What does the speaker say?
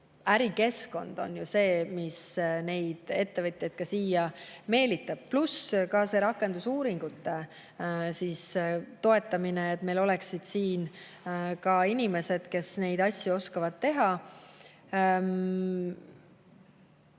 ärikeskkond on ju see, mis ettevõtjaid siia meelitab, pluss rakendusuuringute toetamine, et meil oleksid siin ka inimesed, kes neid asju oskavad teha.